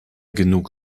genug